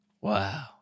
Wow